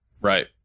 Right